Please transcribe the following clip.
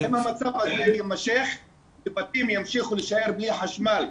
אם המצב הזה יימשך בתים ימשיכו להישאר בלי חשמל,